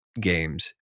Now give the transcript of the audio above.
games